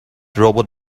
robot